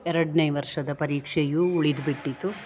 ಎರಡನೇ ವರ್ಷದ ಪರೀಕ್ಷೆಯು ಉಳಿದ್ಬಿಟ್ಟಿತು